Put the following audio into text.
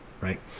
right